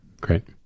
Great